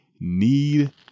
need